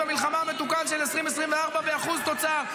המלחמה המתוקן של 2024 באחוז תוצר,